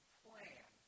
plan